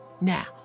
Now